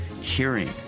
hearing